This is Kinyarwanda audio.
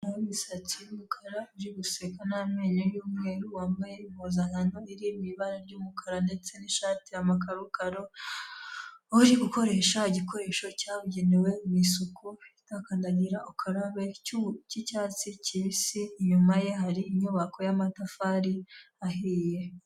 Imisatsi y'umukara uri guseka n'amenyo y'umweru, wambaye impuzankano iri mu ibara ry'umukara, ndetse n'ishati amakakaro uri ukoresha igikoresho cyabugenewe mu isuku itakandagira ukarabe cy'icyatsi kibisi, inyuma ye hari inyubako y'amatafari ahiye.